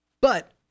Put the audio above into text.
But-